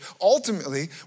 Ultimately